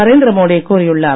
நரேந்திர மோடி கூறியுள்ளார்